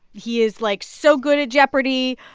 he is, like, so good at jeopardy.